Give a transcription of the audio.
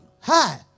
hi